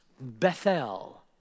Bethel